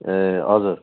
ए हजुर